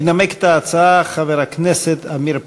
ינמק את ההצעה חבר הכנסת עמיר פרץ.